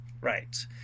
right